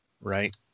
right